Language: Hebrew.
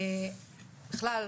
בכלל,